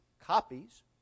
copies